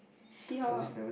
see how lah